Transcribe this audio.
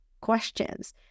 questions